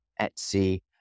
Etsy